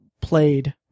played